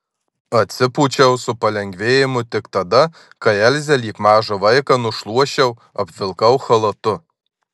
atsipūčiau su palengvėjimu tik tada kai elzę lyg mažą vaiką nušluosčiau apvilkau chalatu